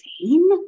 insane